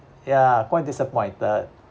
ya quite disappointed